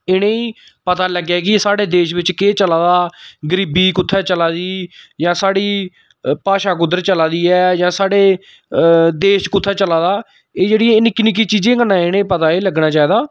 इनेंगी पता लग्गेआ कि साढ़े देश बिच केह् चला दा गरीबी कुत्थै चला दी जां साढ़ी भाशा कुद्धर चला दी ऐ जां साढ़े देश कुत्थै चला दा एह् जेह्ड़ी निक्की निक्की चीजें कन्नै इनेंगी पता एह् लग्गना चाहिदा